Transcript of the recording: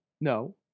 No